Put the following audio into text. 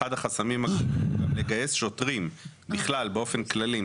אחד החסמים הוא לגייס שוטרים באופן כללי,